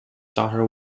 daughter